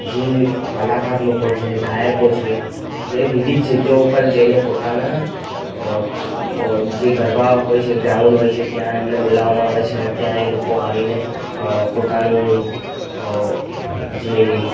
જે કલાકાર લોકો છે ગાયકો છે જે વિવિધ જગ્યાઓ ઉપર જઈને પોતાના જે ગરબા હોય છે ગ્રાઉન્ડ હોય છે ત્યાં એમને બોલવામાં આવે છે અને ત્યાં એ લોકો આવીને પોતાનું જે